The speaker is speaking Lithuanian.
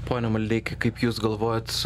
pone maldeiki kaip jūs galvojat